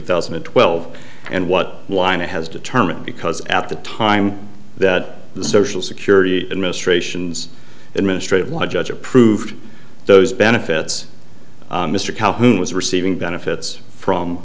thousand and twelve and what whynot has determined because at the time that the social security administration's administrative law judge approved those benefits mr calhoun was receiving benefits from